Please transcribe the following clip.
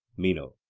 meno